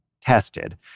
tested